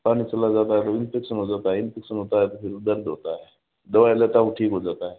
पानी चला जाता है तो इन्फेक्शन हो जाता है इन्फेक्शन होता है तो फिर दर्द होता है दवाई लेता हूँ ठीक हो जाता है